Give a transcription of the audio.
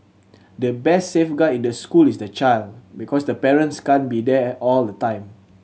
the best safeguard in the school is the child because the parents can't be there all the time